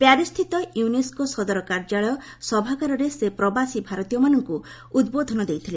ପ୍ୟାରିସ୍ସ୍ଥିତ UNESCO ସଦର କାର୍ଯ୍ୟାଳୟ ସଭାଗାରରେ ସେ ପ୍ରବାସୀ ଭାରତୀୟମାନଙ୍କୁ ଉଦ୍ବୋଧନ ଦେଇଥିଲେ